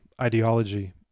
ideology